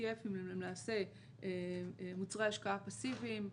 ETF הם למעשה מוצרי השקעה פאסיביים.